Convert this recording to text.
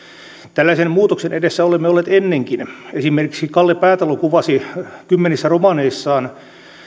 tällaisen muutoksen edessä olemme olleet ennenkin esimerkiksi kalle päätalo kuvasi kymmenissä romaaneissaan